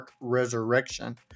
Resurrection